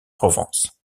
provence